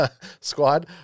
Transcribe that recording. squad